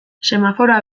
semaforoa